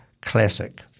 Classic